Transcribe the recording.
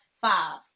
Five